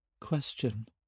question